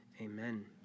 amen